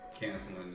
Canceling